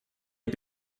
are